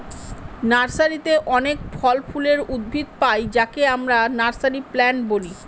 নার্সারিতে অনেক ফল ফুলের উদ্ভিদ পাই যাকে আমরা নার্সারি প্লান্ট বলি